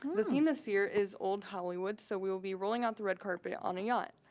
the theme this year is old hollywood, so we will be rolling out the red carpet on a yacht.